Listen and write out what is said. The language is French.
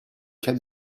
cas